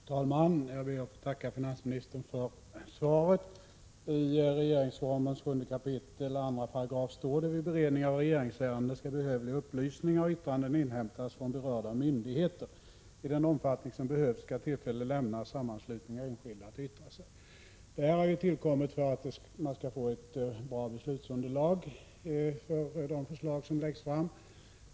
Fru talman! Jag ber att få tacka finansministern för svaret. I regeringsformens 7 kap. 2§ står följande: ”Vid beredningen av regeringsärenden skall behövliga upplysningar och yttranden inhämtas från berörda myndigheter. I den omfattning som behövs skall tillfälle lämnas sammanslutningar och enskilda att yttra sig.” Denna bestämmelse har tillkommit för att man skall få ett bra beslutsunderlag för de förslag som läggs fram.